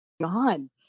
on